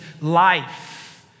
life